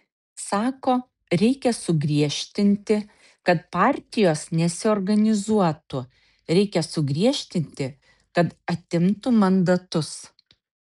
sako reikia sugriežtinti kad partijos nesiorganizuotų reikia sugriežtinti kad atimtų mandatus